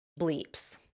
bleeps